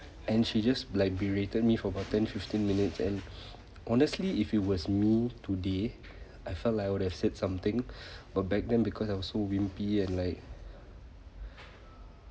and she just like berated me for about ten fifteen minutes and honestly if it was me today I felt like I would have said something but back then because I also wimpy and like